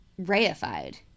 reified